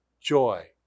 joy